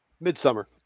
Midsummer